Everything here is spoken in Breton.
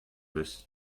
eus